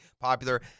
popular